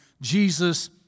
Jesus